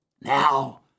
Now